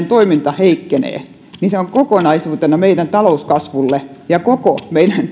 toiminta heikkenee niin se on kokonaisuutena meidän talouskasvulle ja koko meidän